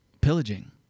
pillaging